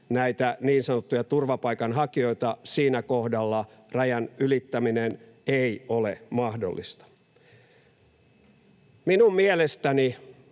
näitä niin sanottuja turvapaikanhakijoita, rajan ylittäminen ei ole mahdollista. Minun mielestäni